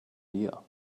year